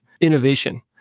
innovation